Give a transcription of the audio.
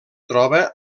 troba